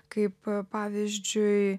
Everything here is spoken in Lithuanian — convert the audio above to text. kaip pavyzdžiui